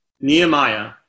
Nehemiah